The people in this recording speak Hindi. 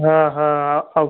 हाँ हाँ औ